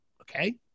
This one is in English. Okay